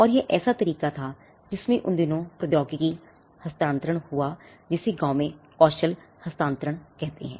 और यह एक ऐसा तरीका था जिसमें उन दिनों में प्रौद्योगिकी हस्तांतरण हुआ जिसे गाँव में कौशल हस्तांतरण कहते हैं